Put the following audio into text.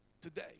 today